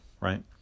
right